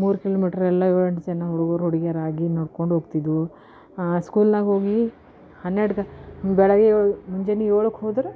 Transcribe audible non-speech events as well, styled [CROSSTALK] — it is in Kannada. ಮೂರು ಕಿಲೋಮೀಟ್ರೆಲ್ಲ [UNINTELLIGIBLE] ಹುಡುಗ್ರು ಹುಡುಗಿಯರಾಗಿ ನಡ್ಕೊಂಡು ಹೋಗ್ತಿದ್ದೆವು ಸ್ಕೂಲ್ನಾಗ ಹೋಗಿ ಹನ್ನೆರಡು ಗ ಬೆಳಗ್ಗೆ ಮುಂಜಾನೆ ಏಳಕ್ಕೆ ಹೋದರೆ